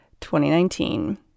2019